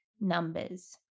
numbers